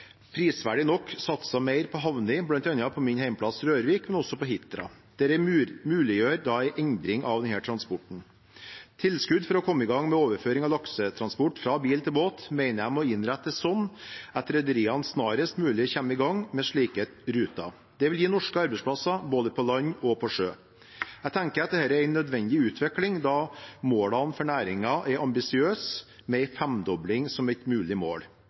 prisverdig nok satset mer på havner, bl.a. på min hjemplass, Rørvik, men også på Hitra. Det muliggjør en endring av denne transporten. Tilskudd for å komme i gang med overføring av laksetransport fra bil til båt mener jeg må innrettes sånn at rederiene snarest mulig kommer i gang med slike ruter. Det vil gi norske arbeidsplasser både på land og på sjøen. Jeg tenker at dette er en nødvendig utvikling, da målene for næringen er ambisiøse, med en femdobling som et mulig mål.